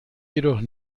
jedoch